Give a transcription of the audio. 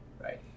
right